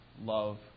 Love